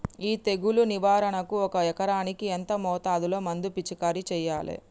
ఈ తెగులు నివారణకు ఒక ఎకరానికి ఎంత మోతాదులో మందు పిచికారీ చెయ్యాలే?